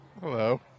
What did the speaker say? Hello